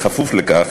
בכפוף לכך